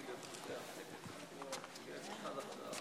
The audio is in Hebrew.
חברות וחברי כנסת, יושבת-ראש מפלגת העבודה